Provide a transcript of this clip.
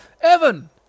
Evan